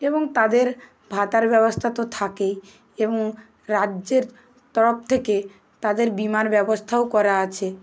এবং তাদের ভাতার ব্যবস্থা তো থাকেই এবং রাজ্যের তরফ থেকে তাদের বিমার ব্যবস্থাও করা আছে